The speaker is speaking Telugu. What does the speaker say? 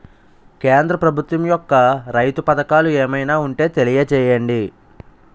కేంద్ర ప్రభుత్వం యెక్క రైతు పథకాలు ఏమైనా ఉంటే తెలియజేయండి?